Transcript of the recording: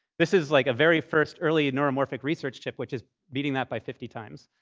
this is, like, a very first early neuromorphic research chip, which is beating that by fifty times.